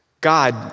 God